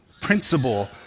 principle